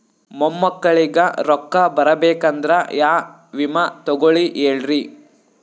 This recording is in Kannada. ಮೊಮ್ಮಕ್ಕಳಿಗ ರೊಕ್ಕ ಬರಬೇಕಂದ್ರ ಯಾ ವಿಮಾ ತೊಗೊಳಿ ಹೇಳ್ರಿ?